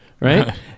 Right